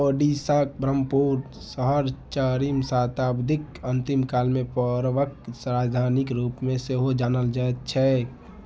ओडिशा ब्रह्मपुर शहर चारिम शताब्दीक अंतिम काल मे पौरवक राजधानीक रूपमे सेहो जानल जायत छै